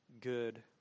good